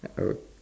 okay